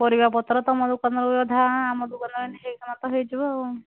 ପରିବାପତ୍ର ତମ ଦୋକାନରୁ ଅଧା ଆମ ଦୋକାନ ତ ହେଇଯିବ ଆଉ